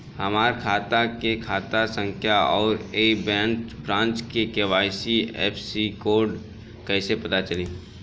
हमार खाता के खाता संख्या आउर ए ब्रांच के आई.एफ.एस.सी कोड कैसे पता चली?